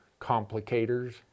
complicators